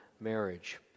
marriage